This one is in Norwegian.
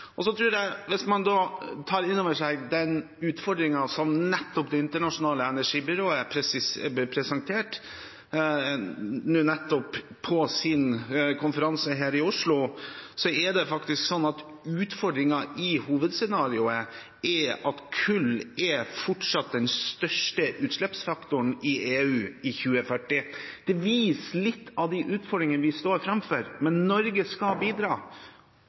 som Det internasjonale energibyrået presenterte nå nettopp på sin konferanse her i Oslo, er det faktisk slik at utfordringen i hovedscenarioet er at kull fortsatt er den største utslippsfaktoren i EU i 2040. Det viser litt av de utfordringene vi står framfor, men Norge skal bidra